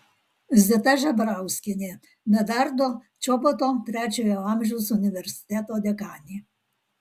zita žebrauskienė medardo čoboto trečiojo amžiaus universiteto dekanė